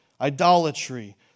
idolatry